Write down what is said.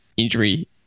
Injury